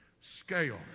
scale